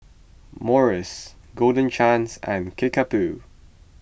Morries Golden Chance and Kickapoo